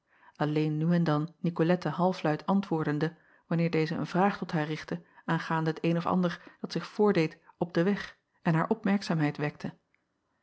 alleen nu en dan icolette halfluid ant acob van ennep laasje evenster delen woordende wanneer deze een vraag tot haar richtte aangaande het een of ander dat zich voordeed op den weg en haar opmerkzaamheid wekte